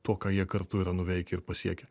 tuo ką jie kartu yra nuveikę ir pasiekę